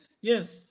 yes